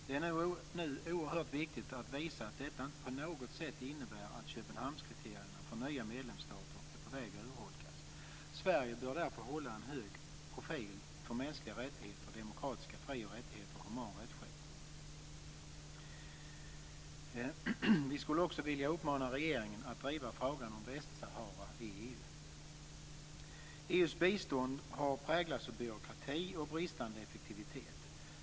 Det är nu oerhört viktigt att visa att detta inte på något sätt innebär att Köpenhamnskriterierna för nya medlemsstater är på väg att urholkas. Sverige bör därför hålla en hög profil för mänskliga rättigheter, demokratiska fri och rättigheter och human rättsskipning. Vi skulle också vilja uppmana regeringen att driva frågan om Västsahara i EU:s bistånd har präglats av byråkrati och bristande effektivitet.